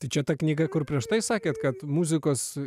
tai čia ta knyga kur prieš tai sakėt kad muzikos